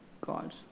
God